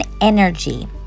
energy